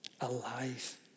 alive